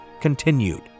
continued